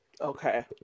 Okay